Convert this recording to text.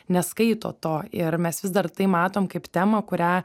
neskaito to ir mes vis dar tai matom kaip temą kurią